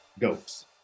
goats